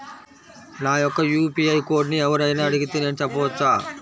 నా యొక్క యూ.పీ.ఐ కోడ్ని ఎవరు అయినా అడిగితే నేను చెప్పవచ్చా?